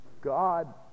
God